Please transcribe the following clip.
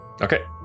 okay